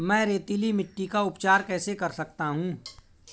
मैं रेतीली मिट्टी का उपचार कैसे कर सकता हूँ?